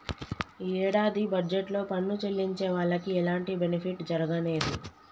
యీ యేడాది బడ్జెట్ లో పన్ను చెల్లించే వాళ్లకి ఎలాంటి బెనిఫిట్ జరగనేదు